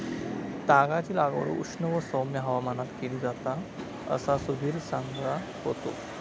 तागाची लागवड उष्ण व सौम्य हवामानात केली जाता असा सुधीर सांगा होतो